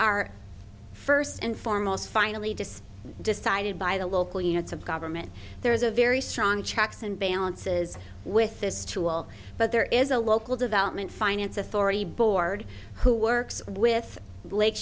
are first and foremost finally just decided by the local units of government there is a very strong checks and balances with this tool but there is a local development finance authority board who works with